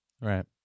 Right